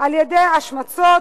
על-ידי השמצות,